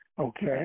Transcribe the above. Okay